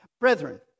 Brethren